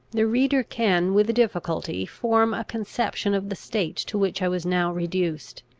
the reader can with difficulty form a conception of the state to which i was now reduced.